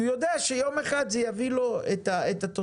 כי הוא יודע שיום אחד זה יביא לו את התוצאה.